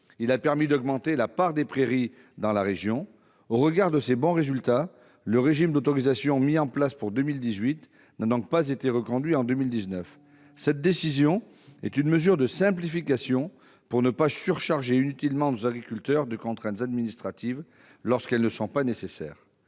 Il a permis d'augmenter la part des prairies dans la région et, au regard de ses bons résultats, il n'a pas été reconduit en 2019. Cette décision est une mesure de simplification destinée à ne pas surcharger inutilement nos agriculteurs de contraintes administratives lorsqu'elles ne sont pas nécessaires.